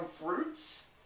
fruits